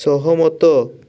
ସହମତ